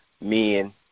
men